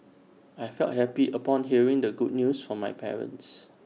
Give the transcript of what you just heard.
I felt happy upon hearing the good news from my parents